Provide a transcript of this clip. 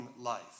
life